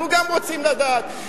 אנחנו גם רוצים לדעת.